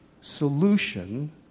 solution